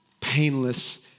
painless